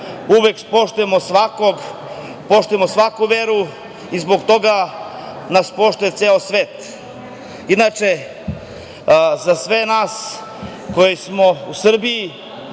uvek poštujemo svakog, poštujemo svaku veru i zbog toga nas poštuje ceo svet. Inače, za sve nas koji smo u Srbiji